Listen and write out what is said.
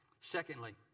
Secondly